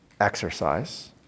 exercise